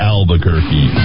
Albuquerque